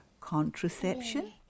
Contraception